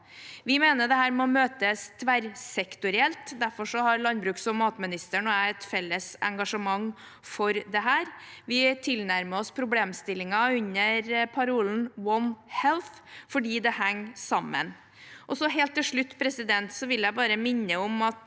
Vi mener dette må møtes tverrsektorielt. Derfor har landbruks- og matministeren og jeg et felles engasjement for dette. Vi tilnærmer oss problemstillingen under parolen «One Health», fordi det henger sammen. Helt til slutt vil jeg bare minne om et